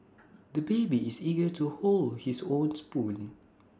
the baby is eager to hold his own spoon